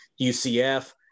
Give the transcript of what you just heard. UCF